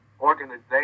organization